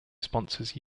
sponsors